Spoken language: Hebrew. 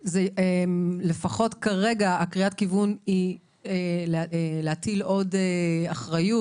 לפחות כרגע קריאת הכיוון היא להטיל עוד אחריות